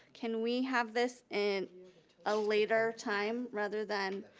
can we have this in a later time rather than?